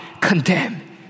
condemn